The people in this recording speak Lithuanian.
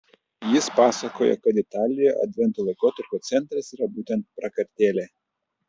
jis pasakoja kad italijoje advento laikotarpio centras yra būtent prakartėlė